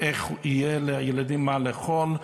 איך יהיה לילדים מה לאכול,